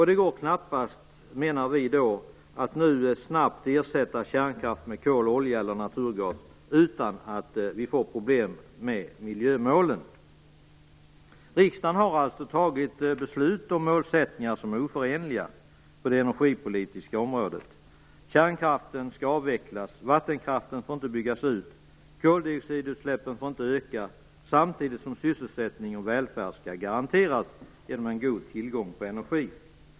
Det går knappast, menar vi, att nu snabbt ersätta kärnkraft med kol, olja eller naturgas utan att vi får problem med miljömålen. Riksdagen har alltså fattat beslut om målsättningar som är oförenliga på det energipolitiska området. Kärnkraften skall avvecklas, vattenkraften får inte byggas ut och koldioxidutsläppen får inte öka. Samtidigt skall sysselsättning och välfärd garanteras genom en god tillgång på energi.